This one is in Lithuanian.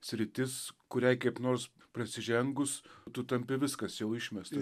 sritis kuriai kaip nors prasižengus tu tampi viskas jau išmestas